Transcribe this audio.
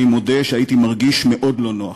אני מודה שהייתי מרגיש מאוד לא נוח.